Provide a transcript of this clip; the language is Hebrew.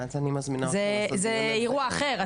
זה אירוע אחר,